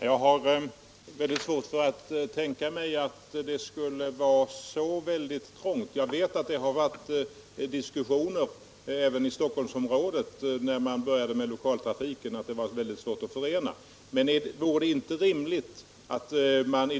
Herr talman! Jag har mycket svårt att tänka mig att det skulle vara så väldigt trångt. Jag vet att det varit diskussioner om detta även i Stockholm när man där började med lokaltrafiken på SJ:s spår. Det var då mycket svårt att förena fjärrtågen och lokaltågen.